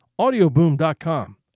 Audioboom.com